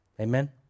Amen